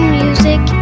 music